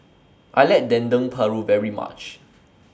I like Dendeng Paru very much